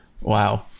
Wow